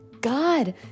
God